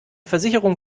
versicherung